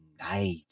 night